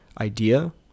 idea